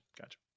Gotcha